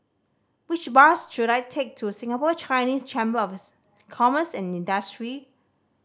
which bus should I take to Singapore Chinese Chamber of Commerce and Industry